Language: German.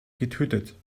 getötet